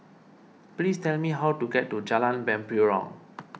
please tell me how to get to Jalan Mempurong